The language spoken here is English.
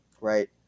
right